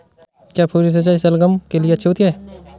क्या फुहारी सिंचाई शलगम के लिए अच्छी होती है?